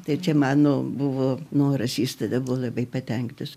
tai čia mano buvo noras jis tada buvo labai patenkintas